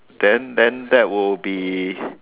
then then that will be